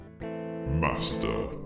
Master